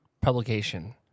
publication